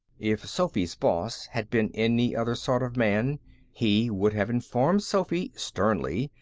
if sophy's boss had been any other sort of man he would have informed sophy, sternly,